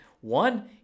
One